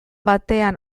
batean